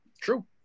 True